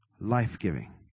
life-giving